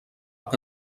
que